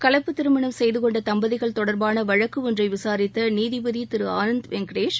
கலப்பு திருமணம் செய்துகொண்ட தம்பதிகள் தொடர்பான வழக்கு ஒன்றை விசாரித்த நீதிபதி ஆனந்த வெங்கடேஷ்